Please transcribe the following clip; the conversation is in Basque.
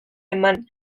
eman